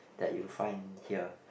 that you find here